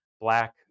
black